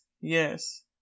yes